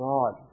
God